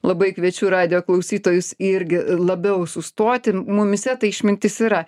labai kviečiu radijo klausytojus irgi labiau sustoti mumyse tai išmintis yra